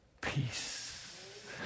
Peace